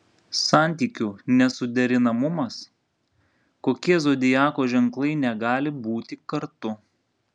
santykių nesuderinamumas kokie zodiako ženklai negali būti kartu